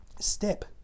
Step